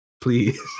Please